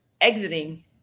exiting